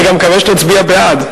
אני גם מקווה שתצביע בעד.